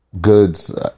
goods